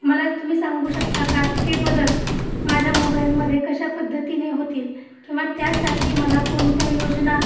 मला तुम्ही सांगू शकता का ते बदल माझ्या मोबाईलमध्ये कशा पद्धतीने होतील किंवा त्यासाठी मला कोणत्या योजना